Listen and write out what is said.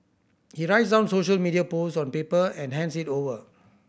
he writes down social media posts on paper and hands it over